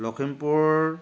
Lakhimpur